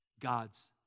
God's